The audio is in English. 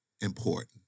important